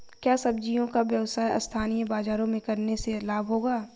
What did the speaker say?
क्या सब्ज़ियों का व्यापार स्थानीय बाज़ारों में करने से लाभ होगा?